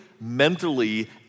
mentally